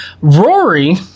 Rory